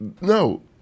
no